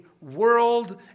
world